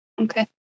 okay